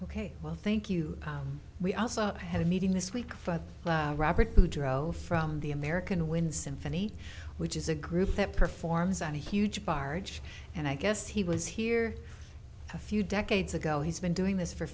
ok well thank you we also had a meeting this week for robert boudreau from the american wind symphony which is a group that performs on a huge barge and i guess he was here a few decades ago he's been doing this for